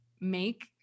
make